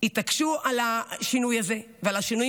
התעקשו על השינוי הזה ועל השינויים